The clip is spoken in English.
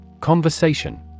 Conversation